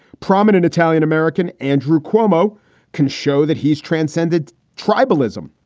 prominent italian american andrew cuomo can show that he's transcended tribalism.